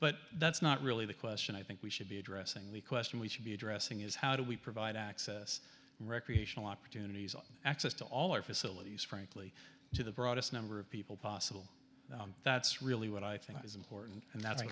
but that's not really the question i think we should be addressing the question we should be addressing is how do we provide access recreational opportunities on access to all our facilities frankly to the broadest number of people possible that's really what i think is important and that